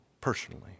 personally